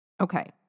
Okay